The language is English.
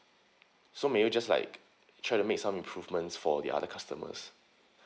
so may you just like try to make some improvements for the other customers